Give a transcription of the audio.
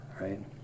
right